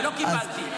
ולא קיבלתי.